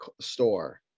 store